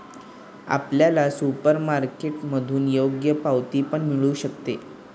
आपल्याला सुपरमार्केटमधून योग्य पावती पण मिळू शकते